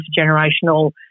intergenerational